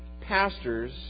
pastors